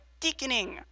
deaconing